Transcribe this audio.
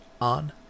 on